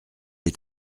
est